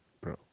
bro